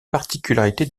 particularités